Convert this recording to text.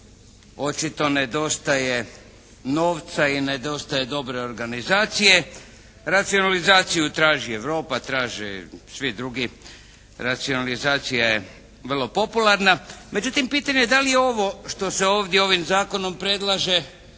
Očito nedostaje novca i nedostaje dobre organizacije. Racionalizaciju traži Europa, traže svi drugi. Racionalizacija je vrlo popularna. Međutim pitanje je da li je ovo što se ovdje ovim zakonom predlaže